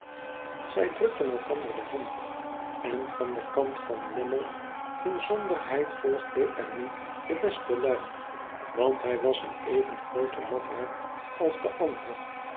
zij drukten elkander de hand en van den kant van lammie inzonderheid volgde er nu de beste luim want hij was een even groote lafaard als de ander